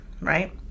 right